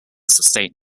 sustain